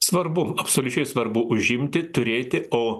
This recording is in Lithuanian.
svarbu absoliučiai svarbu užimti turėti o